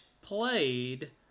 played